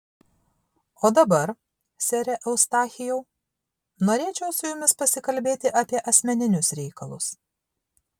o dabar sere eustachijau norėčiau su jumis pasikalbėti apie asmeninius reikalus